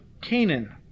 Canaan